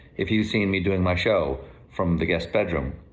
if you've seen me doing my show from the guest bedroom.